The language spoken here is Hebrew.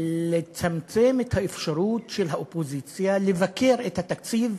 לצמצם את האפשרות של האופוזיציה לבקר את התקציב,